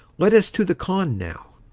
let us to the khan now.